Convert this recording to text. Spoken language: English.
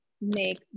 make